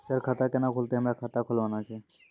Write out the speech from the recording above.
Sir खाता केना खुलतै, हमरा खाता खोलवाना छै?